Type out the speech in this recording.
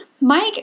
Mike